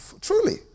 truly